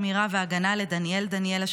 שמירה והגנה לדניאל דניאלה,